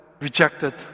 rejected